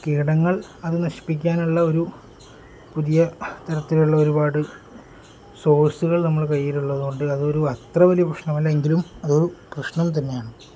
കീടങ്ങൾ അതു നശിപ്പിക്കാനുള്ള ഒരു പുതിയ തരത്തിലുള്ള ഒരുപാട് സോഴ്സുകൾ നമ്മളെ കയ്യിലുള്ളതുകൊണ്ട് അതൊരു അത്ര വലിയ പ്രശ്നമല്ല എങ്കിലും അതൊരു പ്രശ്നം തന്നെയാണ്